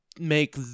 make